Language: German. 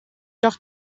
doch